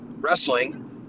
wrestling